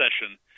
session